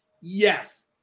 Yes